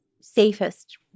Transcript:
safest